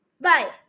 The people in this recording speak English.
Bye